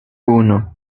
uno